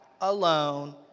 alone